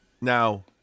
now